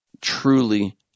truly